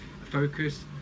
focus